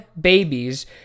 babies